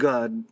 God